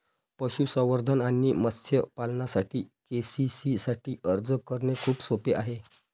पशुसंवर्धन आणि मत्स्य पालनासाठी के.सी.सी साठी अर्ज करणे खूप सोपे आहे